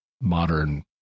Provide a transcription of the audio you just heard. modern